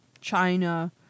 China